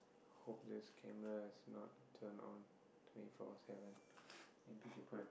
hope this camera is not turned on twenty four seven